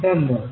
धन्यवाद